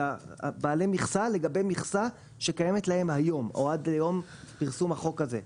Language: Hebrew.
זה בעלי מכסה לגבי מכסה שקיימת להם היום או עד ליום פרסום החוק הזה.